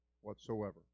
whatsoever